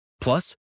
Plus